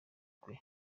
kwe